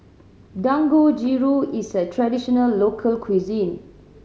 dangojiru is a traditional local cuisine